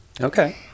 Okay